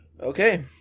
Okay